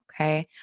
okay